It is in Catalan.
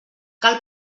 cal